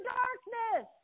darkness